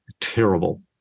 terrible